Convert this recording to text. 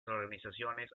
organizaciones